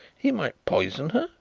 he might poison her,